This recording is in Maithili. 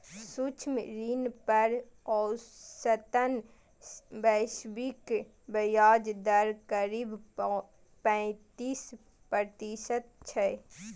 सूक्ष्म ऋण पर औसतन वैश्विक ब्याज दर करीब पैंतीस प्रतिशत छै